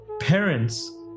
Parents